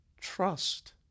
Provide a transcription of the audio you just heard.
Trust